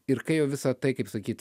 ir kai jau visa tai kaip sakyt